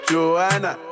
Joanna